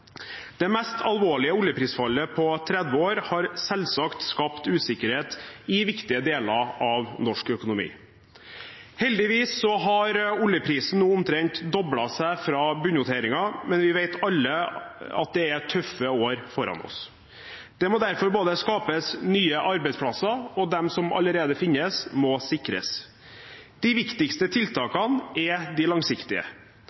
Det mest alvorlige oljeprisfallet på 30 år har selvsagt skapt usikkerhet i viktige deler av norsk økonomi. Heldigvis har oljeprisen nå omtrent doblet seg fra bunnoteringen, men vi vet alle at det er tøffe år foran oss. Det må derfor skapes nye arbeidsplasser, og de som allerede finnes, må sikres. De viktigste